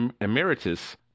Emeritus